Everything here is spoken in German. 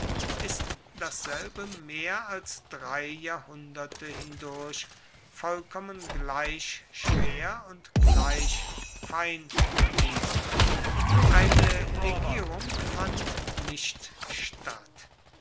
ist dasselbe mehr als drei jahrhunderte hindurch vollkommen gleich schwer und gleich fein geblieben eine legierung fand nicht statt